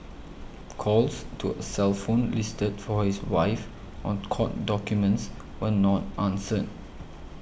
calls to a cell phone listed for his wife on court documents were not answered